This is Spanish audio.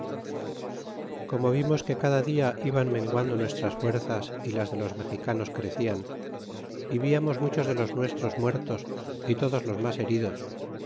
como vimos que cada dia iban menguando nuestras fuerzas y las de los mexicanos crecían y viamos muchos de los nuestros muertos y todos los mas heridos